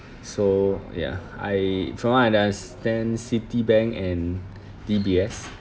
so ya I from what I understand Citibank and D_B_S